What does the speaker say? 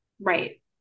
Right